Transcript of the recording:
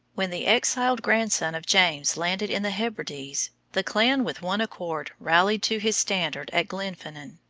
when the exiled grandson of james landed in the hebrides, the clans with one accord rallied to his standard at glenfinnan